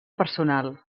personal